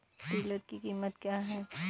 Tiller की कीमत क्या है?